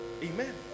Amen